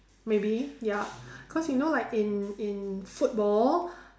maybe ya cause you know like in in football